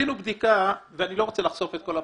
עשינו בדיקה ואני לא רוצה לחשוף את כל הפרטים,